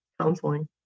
counseling